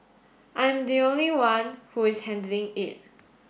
I am the only one who is handling it